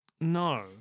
No